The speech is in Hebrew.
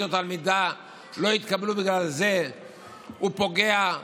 או תלמידה לא יתקבלו בגלל זה הוא פוגע,